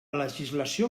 legislació